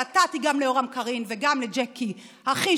נתתי גם ליורם קרין וגם לג'קי אחי,